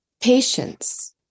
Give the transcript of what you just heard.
Patience